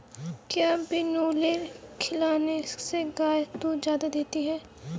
क्या बिनोले खिलाने से गाय दूध ज्यादा देती है?